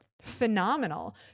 phenomenal